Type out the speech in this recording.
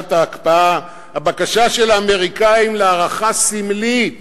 סוגיית ההקפאה: הבקשה של האמריקנים להארכה סמלית